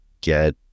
get